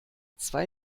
zwei